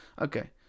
okay